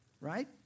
right